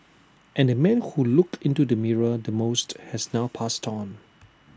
and the man who looked into the mirror the most has now passed on